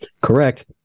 correct